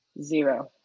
Zero